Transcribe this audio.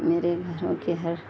میرے گھروں کے ہر